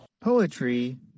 Poetry